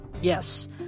yes